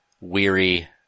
weary